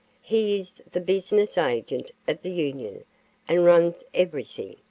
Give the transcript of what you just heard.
he is the business agent of the union and runs everything,